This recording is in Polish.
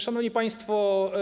Szanowni Państwo!